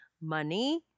money